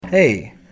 Hey